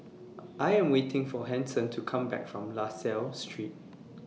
I Am waiting For Hanson to Come Back from La Salle Street